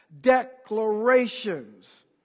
declarations